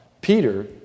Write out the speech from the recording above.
Peter